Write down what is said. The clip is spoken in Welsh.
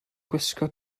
gwisgo